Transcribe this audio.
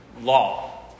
law